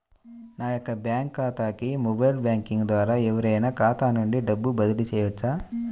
నా యొక్క బ్యాంక్ ఖాతాకి మొబైల్ బ్యాంకింగ్ ద్వారా ఎవరైనా ఖాతా నుండి డబ్బు బదిలీ చేయవచ్చా?